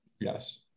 Yes